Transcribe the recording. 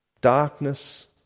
Darkness